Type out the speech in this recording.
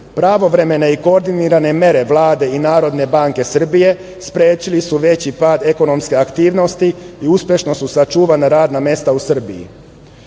pravovremene i koordinirane mere Vlade i Narodne banke Srbije sprečili su veći pad ekonomske aktivnosti i uspešno su sačuvana radna mesta u Srbiji.Za